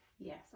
Yes